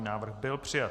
Návrh byl přijat.